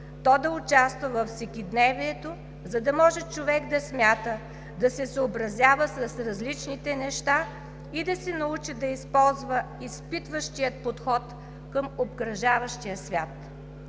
то да участва във всекидневието, за да може човек да смята, да се съобразява с различните неща и да се научи да използва изпитващия подход към обкръжаващия свят.